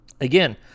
Again